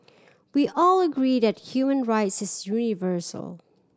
we all agree that human rights is universal